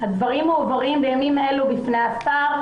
הדברים מועברים בימים אלה לשר.